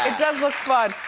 ah does look fun.